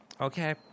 Okay